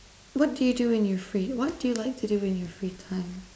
what do you do when you're free what do you like to do when you have free time